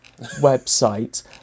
website